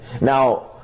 Now